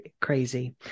crazy